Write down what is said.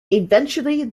eventually